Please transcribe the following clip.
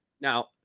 Now